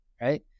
right